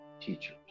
teachers